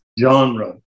genre